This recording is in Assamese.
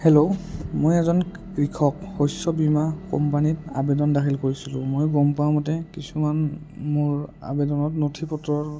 হেল্ল' মই এজন কৃষক শস্য বীমা কোম্পানীত আবেদন দাখিল কৰিছিলোঁ মই গম পোৱা মতে কিছুমান মোৰ আবেদনত নথি পত্ৰৰ